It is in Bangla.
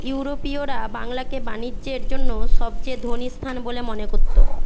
ইউরোপীয়রা বাংলাকে বাণিজ্যের জন্য সবচেয়ে ধনী স্থান বলে মনে করতো